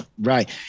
Right